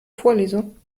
vorlesung